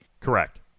Correct